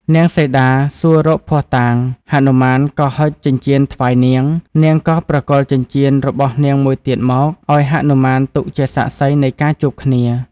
នាងសីតាសួររកភស្តុតាង ហនុមានក៏ហុចចិញ្ចៀនថ្វាយនាង នាងក៏ប្រគល់ចិញ្ចៀនរបស់នាងមួយទៀតមក ឱ្យហនុមានទុកជាសាក្សីនៃការ ជួបគ្នា។